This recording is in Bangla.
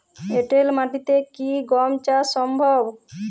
এঁটেল মাটিতে কি গম চাষ সম্ভব?